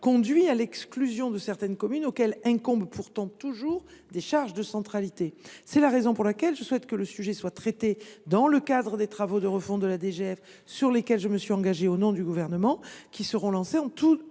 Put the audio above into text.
conduit à l’exclusion de communes auxquelles incombent pourtant toujours des charges de centralité. C’est la raison pour laquelle je souhaite que le sujet soit traité dans le cadre des travaux de refonte de la DGF, sur lesquels je me suis engagée au nom du Gouvernement et qui seront lancés en tout